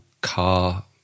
car